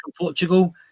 Portugal